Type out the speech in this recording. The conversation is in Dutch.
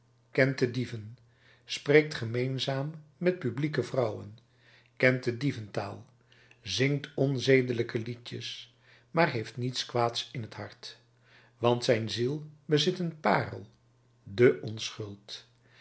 kent de dieven spreekt gemeenzaam met publieke vrouwen kent de dieventaal zingt onzedelijke liedjes maar heeft niets kwaads in t hart want zijn ziel bezit een parel de onschuld